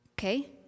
Okay